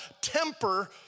temper